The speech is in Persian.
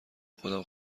خودم